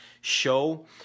show